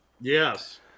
yes